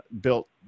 built